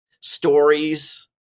stories